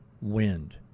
wind